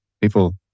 people